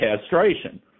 castration